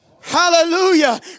Hallelujah